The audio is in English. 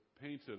painted